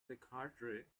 lekrjahre